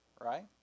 right